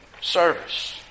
service